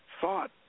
thought